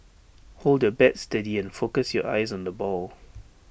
hold your bat steady and focus your eyes on the ball